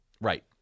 Right